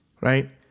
right